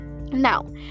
now